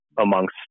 amongst